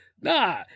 nah